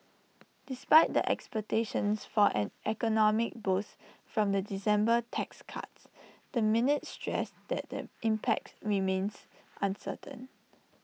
despite the expectations for an economic boost from the December tax cuts the minutes stressed that the impact remains uncertain